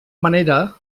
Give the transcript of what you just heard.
manera